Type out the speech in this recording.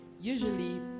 Usually